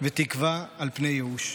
ותקווה על ייאוש.